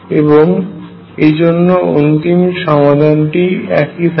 এবং এইজন্য অন্তিম সমাধানটি একই থাকে